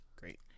Great